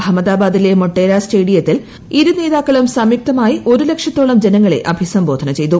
അഹമ്മദാബാദിലെ മോട്ടേര സ്റ്റേഡിയത്തിൽ ഇരു നേതാക്കളും സംയുക്തമായി ഒരു ലക്ഷത്തോളം ജനങ്ങളെ അഭിസംബോധന ചെയ്തു